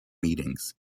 meetings